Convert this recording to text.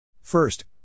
First